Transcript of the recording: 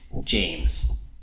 James